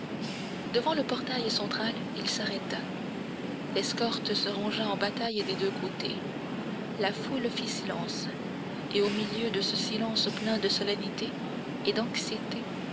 devant le portail central il s'arrêta l'escorte se rangea en bataille des deux côtés la foule fit silence et au milieu de ce silence plein de solennité et d'anxiété